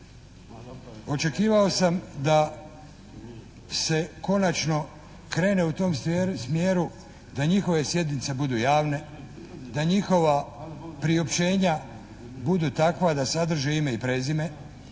Očekivao sam da se konačno krene u tom smjeru, da njihove sjednice budu javne, da njihova priopćenja budu takva da sadrže ime i prezime,